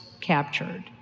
captured